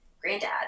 Granddad